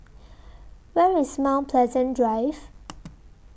Where IS Mount Pleasant Drive